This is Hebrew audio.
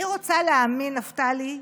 אני רוצה להאמין, נפתלי,